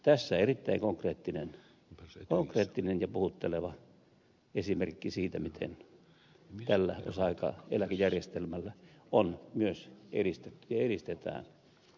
tässä erittäin konkreettinen ja puhutteleva esimerkki siitä miten tällä osa aikaeläkejärjestelmällä on myös edistetty ja edistetään sukupolvenvaihdosta työelämässä